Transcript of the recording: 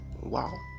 Wow